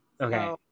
okay